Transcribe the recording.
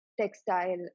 textile